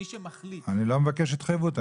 מי שמחליט --- אני לא מבקש התחייבות,